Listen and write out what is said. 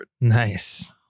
Nice